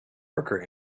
worker